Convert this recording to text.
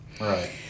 Right